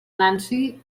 nancy